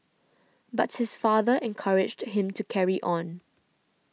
but his father encouraged him to carry on